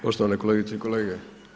Poštovane kolegice i kolege.